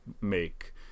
make